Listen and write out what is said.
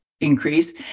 increase